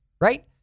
right